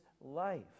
life